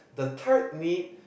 the third need